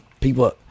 people